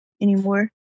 anymore